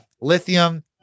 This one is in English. lithium